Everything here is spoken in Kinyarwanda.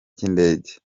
cy’indege